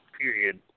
period